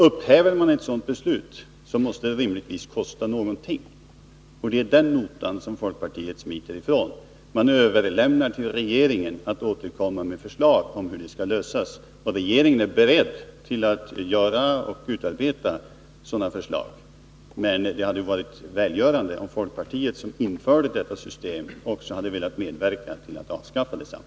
Upphäver man ett sådant beslut, måste det rimligtvis kosta någonting. Det är den notan som folkpartiet smiter ifrån. Man överlämnar till regeringen att återkomma med förslag om hur frågan skall lösas. Regeringen är beredd att utarbeta sådana förslag, men det hade varit välgörande om folkpartiet, som införde detta system, också hade velat medverka till att avskaffa detsamma.